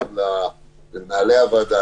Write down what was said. גם למנהלי הוועדה,